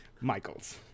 Michaels